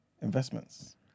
Investments